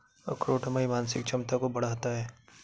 अखरोट हमारी मानसिक क्षमता को बढ़ाता है